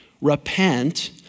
Repent